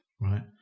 right